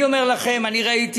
אני אומר לכם: אני ראיתי